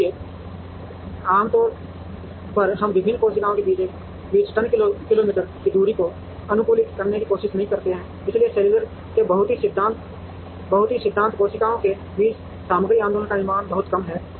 इसलिए आमतौर पर हम विभिन्न कोशिकाओं के बीच टन किलोमीटर की दूरी को अनुकूलित करने की कोशिश नहीं करते हैं क्योंकि सेलुलर के बहुत ही सिद्धांत कोशिकाओं के बीच सामग्री आंदोलन का निर्माण बहुत कम है